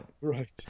Right